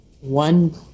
One